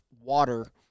water